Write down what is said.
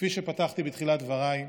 כפי שפתחתי בתחילת דבריי,